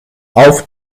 auf